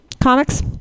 Comics